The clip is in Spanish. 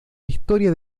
historia